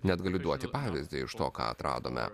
net galiu duoti pavyzdį iš to ką atradome